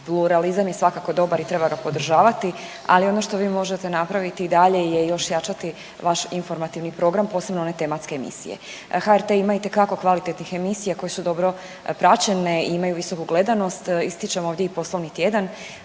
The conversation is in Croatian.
Pluralizam je svakako dobar i treba ga podržavati. Ali ono što vi možete napraviti i dalje je još jačati vaš informativni program posebno one tematske emisije. HRT ima itekako kvalitetnih emisija koje su dobro praćene i imaju visoku gledanost. Ističem ovdje i Poslovni tjedan.